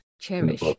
Cherish